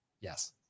Yes